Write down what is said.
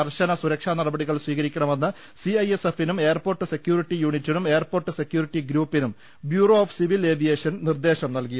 കർശന സുരക്ഷാ നടപടികൾ സ്വീകരിക്കണമെന്ന് സിഐഎസ്എഫിനും എയർപോർട്ട് സെക്യൂരിറ്റി യൂനിറ്റിനും എയർപോർട്ട് സെക്യൂരിറ്റി ഗ്രൂപ്പിനും ബ്യൂറോ ഓഫ് സിവിൽ ഏവിയേഷൻ നിർദേശം നൽകി